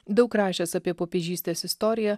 daug rašęs apie popiežystės istoriją